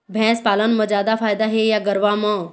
भैंस पालन म जादा फायदा हे या गरवा म?